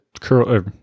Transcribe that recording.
curl